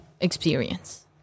experience